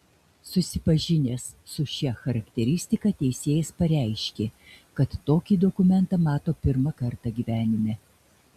susipažinęs su šia charakteristika teisėjas pareiškė kad tokį dokumentą mato pirmą kartą gyvenime